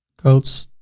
coats,